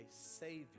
Savior